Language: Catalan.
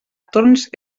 torns